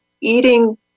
eating